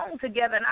together